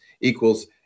equals